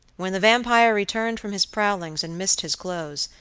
when the vampire returned from his prowlings and missed his clothes,